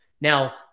Now